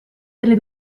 delle